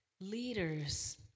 leaders